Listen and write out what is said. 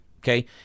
Okay